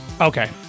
Okay